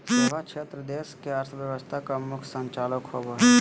सेवा क्षेत्र देश के अर्थव्यवस्था का मुख्य संचालक होवे हइ